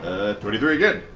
twenty three again.